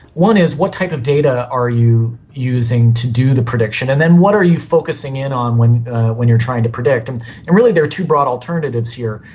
one is what type of data are you using to do the prediction, and then what are you focusing in on when when you are trying to predict. and and really there are two broad alternatives here.